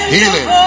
Healing